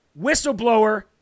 whistleblower